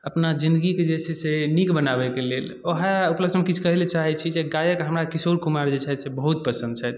अपना जिन्दगीके जे छै से नीक बनाबैके लेल ओहए ऊपलक्ष्यमे किछु कहै लए चाहैत छी जे गायक हमरा किशोर कुमार जे छथि से बहुत पसन्द छथि